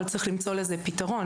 אבל צריך למצוא לזה פתרון.